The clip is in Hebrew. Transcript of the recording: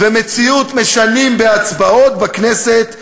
ומציאות משנים בהצבעות בכנסת,